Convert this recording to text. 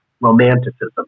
romanticism